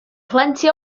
plenty